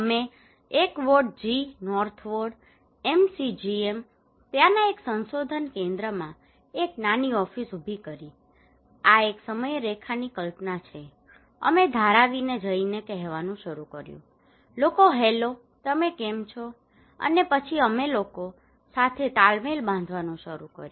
અમે એક ward G north ward MCGM ત્યાંના એક સંશોધન કેન્દ્રમાં એક નાની ઓફિસ ઊભી કર્યી આ એક સમયરેખાની કલ્પના છે અમે ધારાવીને જઇને કહેવાનું શરૂ કર્યું લોકો હેલો તમે કેમ છો અને પછી અમે લોકો સાથે તાલમેલ બાંધવાનું શરૂ કર્યું